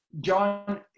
John